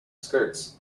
skirts